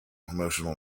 emotional